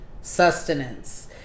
sustenance